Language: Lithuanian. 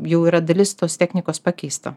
jau yra dalis tos technikos pakeista